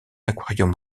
aquarium